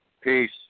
Peace